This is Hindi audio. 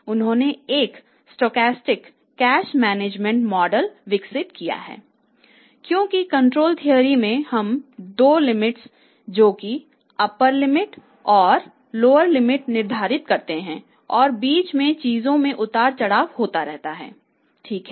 उन्होंने कंट्रोल थ्योरी में हम 2 लिमिटस जोकि अप्पर लिमिट और लोअर लिमिट निर्धारित करते हैं और बीच में चीजों में उतार चढ़ाव होता रहता है ठीक है